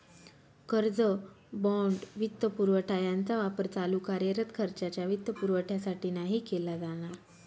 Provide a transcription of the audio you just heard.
कर्ज, बाँड, वित्तपुरवठा यांचा वापर चालू कार्यरत खर्चाच्या वित्तपुरवठ्यासाठी नाही केला जाणार